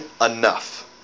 enough